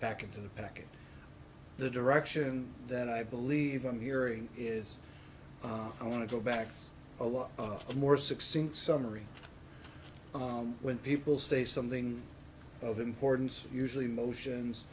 back into the pack in the direction that i believe i'm hearing is i want to go back a lot of more succinct summary when people say something of importance usually motions